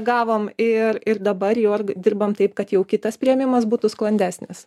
gavom ir ir dabar jau ar dirbam taip kad jau kitas priėmimas būtų sklandesnis